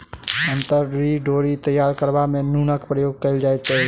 अंतरी डोरी तैयार करबा मे नूनक प्रयोग कयल जाइत छै